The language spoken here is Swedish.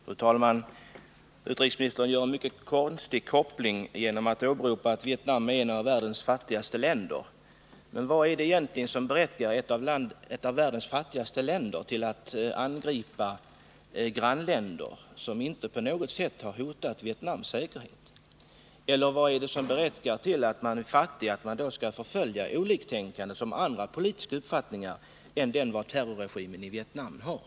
Fru talman! Utrikesministern gör en mycket konstig koppling genom att åberopa att Vietnam är ett av världens fattigaste länder. Men vad är det som egentligen berättigar ett av världens fattigaste länder till att angripa grannländer som inte på något sätt har hotat Vietnams säkerhet? Eller vad är det som, om landet är fattigt, berättigar till att förfölja oliktänkande med andra politiska uppfattningar än den som terrorregimen i Vietnam har?